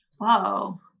Whoa